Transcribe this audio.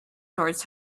towards